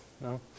No